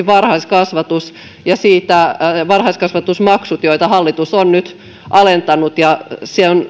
varhaiskasvatus ja siitä varhaiskasvatusmaksut joita hallitus on nyt alentanut ja sillä on